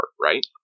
Right